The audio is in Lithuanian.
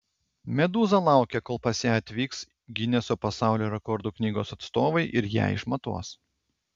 medūza laukia kol pas ją atvyks gineso pasaulio rekordų knygos atstovai ir ją išmatuos